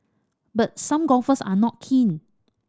but some golfers are not keen